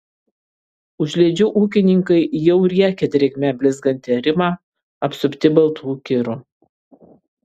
užliedžių ūkininkai jau riekia drėgme blizgantį arimą apsupti baltų kirų